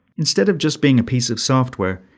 instead of just being a piece of software,